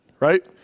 right